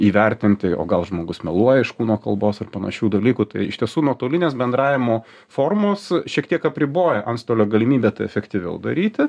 įvertinti o gal žmogus meluoja iš kūno kalbos ar panašių dalykų tai iš tiesų nuotolinės bendravimo formos šiek tiek apriboja antstolio galimybę tą efektyviau daryti